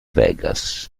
vegas